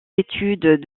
études